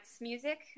music